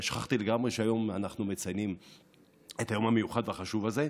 שכחתי לגמרי שהיום אנחנו מציינים את היום המיוחד והחשוב הזה.